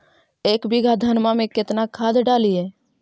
एक बीघा धन्मा में केतना खाद डालिए?